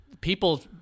people